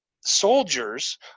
soldiers